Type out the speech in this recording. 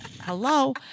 Hello